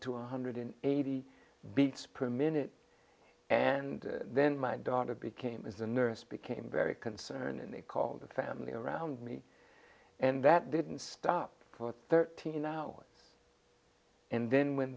one hundred eighty beats per minute and then my daughter became as a nurse became very concerned and they called the family around me and that didn't stop for thirteen hours and then when